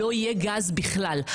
לא יהיה גז בכלל.